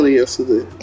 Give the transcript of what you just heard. yesterday